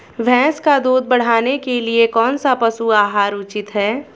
भैंस का दूध बढ़ाने के लिए कौनसा पशु आहार उचित है?